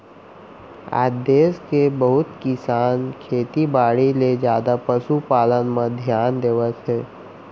आज देस के बहुत किसान खेती बाड़ी ले जादा पसु पालन म धियान देवत हें